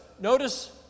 notice